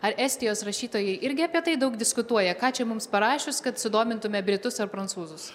ar estijos rašytojai irgi apie tai daug diskutuoja ką čia mums parašius kad sudomintume britus ar prancūzus